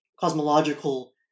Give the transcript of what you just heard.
cosmological